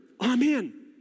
Amen